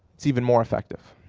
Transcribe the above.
it's even more effective.